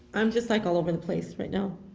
i'm just like all over the place right now.